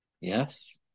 Yes